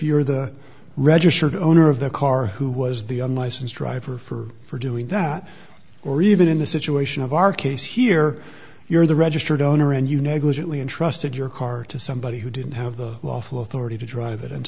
you're the registered owner of the car who was the unlicensed driver for for doing that or even in a situation of our case here you're the registered owner and you negligently entrusted your car to somebody who didn't have the lawful authority to drive it and